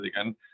again